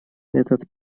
этот